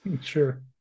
Sure